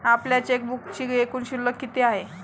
आपल्या चेकबुकचे एकूण शुल्क किती आहे?